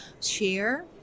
share